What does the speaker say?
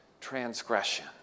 transgression